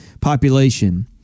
population